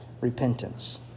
repentance